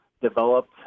developed